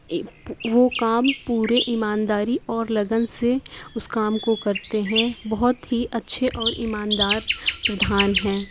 ایک وہ کام پورے ایمانداری اور لگن سے اس کام کو کرتے ہیں بہت ہی اچھے اور ایماندار پردھان ہیں